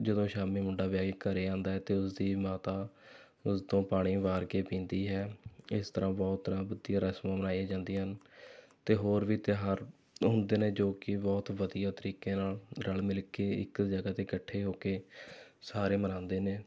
ਜਦੋਂ ਸ਼ਾਮੀ ਮੁੰਡਾ ਵਿਆਹ ਘਰ ਆਉਂਦਾ ਹੈ ਅਤੇ ਉਸ ਦੀ ਮਾਤਾ ਉਸ ਤੋਂ ਪਾਣੀ ਵਾਰ ਕੇ ਪੀਂਦੀ ਹੈ ਇਸ ਤਰ੍ਹਾਂ ਬਹੁਤ ਤਰ੍ਹਾਂ ਵਧੀਆ ਰਸਮਾਂ ਮਨਾਈਆਂ ਜਾਂਦੀਆਂ ਹਨ ਅਤੇ ਹੋਰ ਵੀ ਤਿਉਹਾਰ ਹੁੰਦੇ ਨੇ ਜੋ ਕਿ ਬਹੁਤ ਵਧੀਆ ਤਰੀਕੇ ਨਾਲ ਰਲ਼ ਮਿਲ ਕੇ ਇੱਕ ਜਗ੍ਹਾ 'ਤੇ ਇਕੱਠੇ ਹੋ ਕੇ ਸਾਰੇ ਮਨਾਉਂਦੇ ਨੇ